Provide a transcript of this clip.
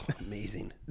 Amazing